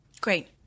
Great